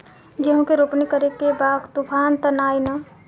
गेहूं के रोपनी करे के बा तूफान त ना आई न?